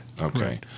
Okay